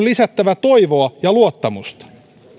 lisättävä toivoa ja luottamusta